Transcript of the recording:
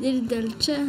ir dėl čia